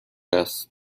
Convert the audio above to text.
است